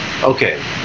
Okay